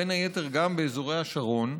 בין היתר באזורי השרון,